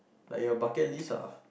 like your bucket list lah